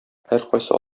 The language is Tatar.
һәркайсы